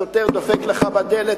שוטר דופק לך בדלת,